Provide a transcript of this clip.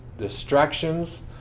distractions